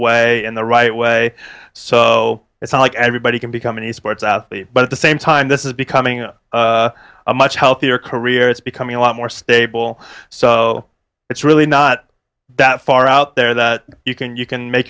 way and the right way so it's not like everybody can become any sports out but at the same time this is becoming a much healthier career it's becoming a lot more stable so it's really not that far out there that you can you can make